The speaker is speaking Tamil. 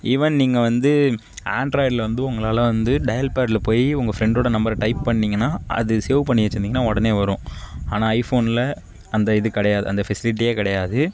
ஈவென் நீங்கள் வந்து ஆண்ட்ராய்டில் வந்து உங்களால் வந்து டயல் பேடில் போய் உங்கள் ஃப்ரெண்ட்டோட நம்பரை டைப் பண்ணீங்கனா அது சேவ் பண்ணி வச்சுருந்தீங்கனா உடனே வரும் ஆனால் ஐபோனில் அந்த இது கிடையாது அந்த ஃபெசிலிட்டியே கிடையாது